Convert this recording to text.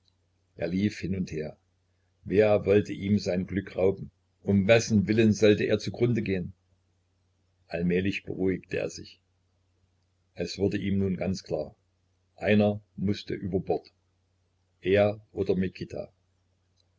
er lief hin und her wer wollte ihm sein glück rauben um wessen willen sollte er zu grunde gehen allmählich beruhigte er sich es wurde ihm nun ganz klar einer mußte über bord er oder mikita